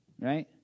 right